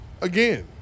again